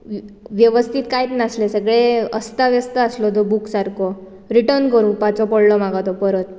व्यवस्थीत कांयत नासले सगळें अस्थाव्यस्थ आसलो तो बूक सारको रिर्टन करुपाचो पडलो म्हाका तो परत